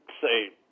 say